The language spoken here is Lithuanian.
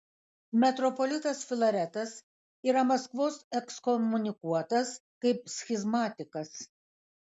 metropolitas filaretas yra maskvos ekskomunikuotas kaip schizmatikas